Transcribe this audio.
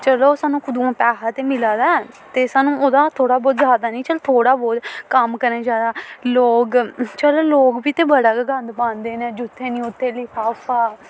चलो सानूं कुदुआं पैहा ते मिला दा ऐ ते सानूं ओह्दा थोह्ड़ा बहुत जादा निं चलो थोह्ड़ा बहुत कम्म करना चाहिदा लोक चलो लोक बी ते बड़ा गै गंद पांदे न जित्थें न उत्थें लफाफा